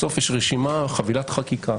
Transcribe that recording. בסוף יש חבילת חקיקה